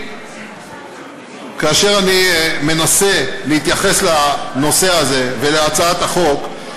כאשר אני מנסה להתייחס לנושא הזה, להצעת החוק,